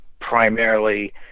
primarily